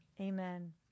Amen